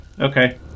Okay